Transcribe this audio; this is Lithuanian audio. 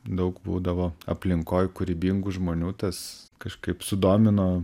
daug būdavo aplinkoj kūrybingų žmonių tas kažkaip sudomino